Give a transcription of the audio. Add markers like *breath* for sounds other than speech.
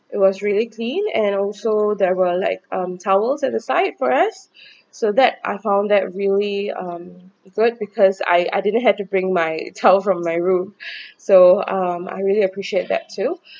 it was really clean and also there were like um towels at the site for us *breath* so that I found that really um good because I I didn't had to bring my towel from my room *breath* so um I really appreciate that too